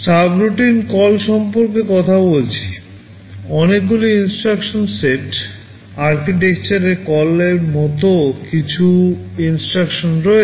subroutine call সম্পর্কে কথা বলছি অনেকগুলি INSTRUCTION সেট আর্কিটেকচারে CALL এর মতো কিছু INSTRUCTION রয়েছে